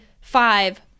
five